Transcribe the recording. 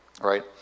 right